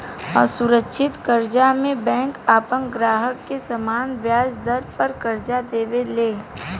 असुरक्षित कर्जा में बैंक आपन ग्राहक के सामान्य ब्याज दर पर कर्जा देवे ले